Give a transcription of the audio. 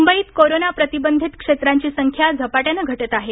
मुंबईत कोरोना प्रतिबंधित क्षेत्रांची संख्या झपाट्यानं घटत आहे